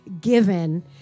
given